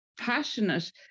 passionate